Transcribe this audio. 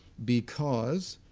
because